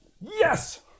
Yes